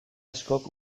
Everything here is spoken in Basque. askok